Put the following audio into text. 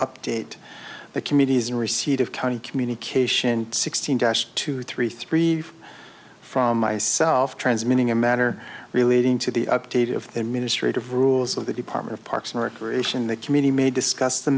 update the committee's receipt of county communication sixteen dash two three three from myself transmitting a matter relating to the update of the ministry of rules of the department of parks and recreation that committee may discuss the